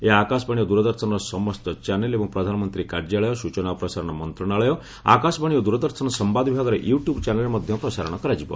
ଏହା ଆକାଶବାଶୀ ଓ ଦୂରଦର୍ଶନର ସମସ୍ତ ଚ୍ୟାନେଲ ଏବଂ ପ୍ରଧାନମନ୍ତ୍ରୀ କାର୍ଯ୍ୟାଳୟ ସୂଚନା ଓ ପ୍ରସାରଣ ମନ୍ତ୍ରଣାଳୟ ଆକାଶବାଣୀ ଓ ଦୂରଦର୍ଶନ ସମ୍ଭାଦ ବିଭାଗର ୟୁ ଟ୍ୟୁବ ଚ୍ୟାନେଲରେ ମଧ୍ୟ ପ୍ରସାରଣ କରାଯିବ